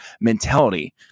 mentality